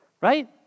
Right